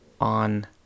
on